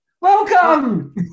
Welcome